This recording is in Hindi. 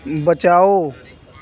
बचाओ